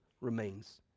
remains